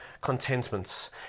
contentments